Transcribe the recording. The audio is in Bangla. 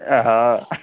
হ্যাঁ